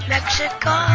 Mexico